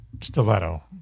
stiletto